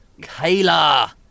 Kayla